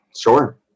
sure